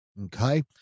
Okay